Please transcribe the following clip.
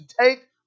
take